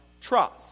trust